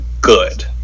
good